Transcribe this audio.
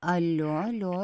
alio alio